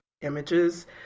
images